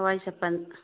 ꯍꯋꯥꯏ ꯆꯄꯟ